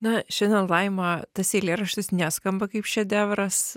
na šiandien laima tas eilėraštis neskamba kaip šedevras